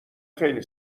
خیلی